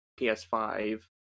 PS5